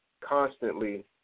constantly